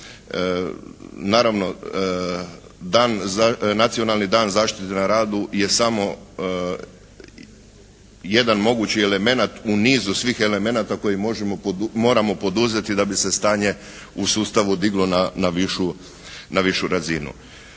Naravno nacionalni dan zaštite na radu je samo jedan mogući elemenat u nizu svih elemenata koje moramo poduzeti da bi se stanje u sustavu diglo na višu razinu.